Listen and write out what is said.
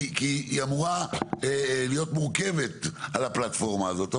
כי היא אמורה להיות מורכבת על הפלטפורמה הזאת.